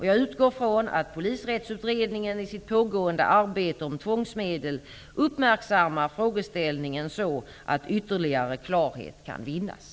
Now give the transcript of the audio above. Jag utgår från att Polisrättsutredningen i sitt pågående arbete om tvångsmedel uppmärksammar frågeställningen så att ytterligare klarhet kan vinnas.